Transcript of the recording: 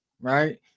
right